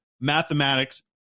mathematics